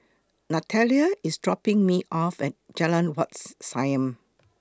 Natalia IS dropping Me off At Jalan Whats Siam